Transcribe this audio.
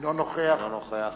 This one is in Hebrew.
אינו נוכח